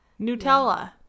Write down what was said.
Nutella